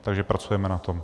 Takže pracujeme na tom.